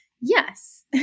Yes